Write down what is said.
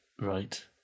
Right